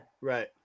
right